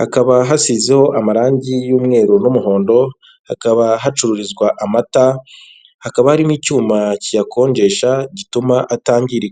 hakaba hasizeho amarangi y'umweru n'umuhondo, hakaba hacururizwa amata, hakaba harimo icyuma kiyakojesha gituma atangirika.